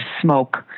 smoke